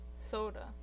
Soda